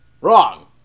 Wrong